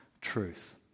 truth